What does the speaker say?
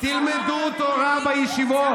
תלמדו תורה בישיבות,